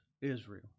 Israel